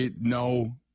no